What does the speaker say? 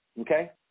okay